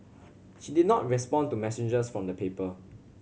she did not respond to messages from the paper